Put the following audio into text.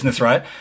right